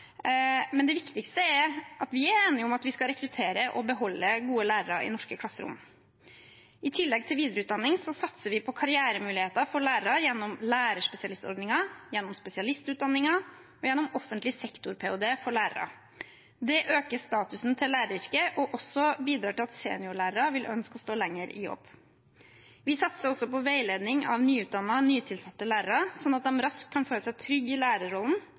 Men det viktigste er at vi er enige om at vi skal rekruttere og beholde gode lærere i norske klasserom. I tillegg til videreutdanning satser vi på karrieremuligheter for lærere gjennom lærerspesialistordninger, gjennom spesialistutdanninger og gjennom ordningen Offentlig sektor-ph.d. for lærere. Det øker statusen til læreryrket og bidrar også til at seniorlærere vil ønske å stå lenger i jobb. Vi satser også på veiledning av nyutdannede, nytilsatte lærere, slik at de raskt kan føle seg trygge i lærerrollen,